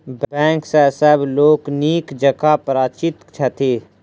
bank सॅ सभ लोक नीक जकाँ परिचित छथि